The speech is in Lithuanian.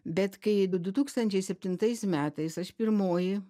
bet kai du du tūkstančiai septintais metais aš pirmoji